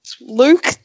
Luke